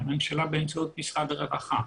לממשלה באמצעות משרד הרווחה.